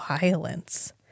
violence